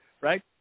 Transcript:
right